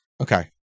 Okay